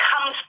comes